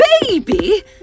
Baby